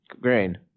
grain